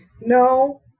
No